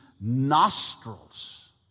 nostrils